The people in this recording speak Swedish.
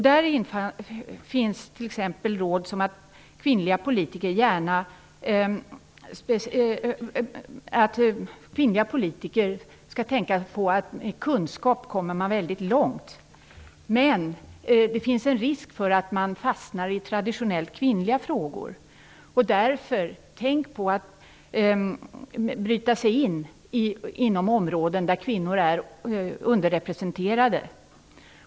Däri finns t.ex. råd som att kvinnliga politiker skall tänka på att man med kunskap kommer mycket långt, men att det finns en risk för att man fastnar i traditionellt kvinnliga frågor. Man skall därför tänka på att bryta sig in på områden där kvinnor är underrepresenterade.